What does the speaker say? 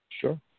Sure